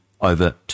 over